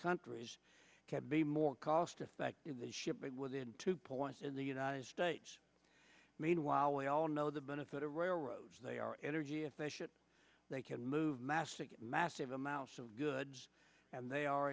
countries can be more cost effective that ship within two points in the united states meanwhile we all know the benefit of railroads they are energy efficient they can move massive massive amounts of goods and they are